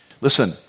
Listen